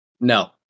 No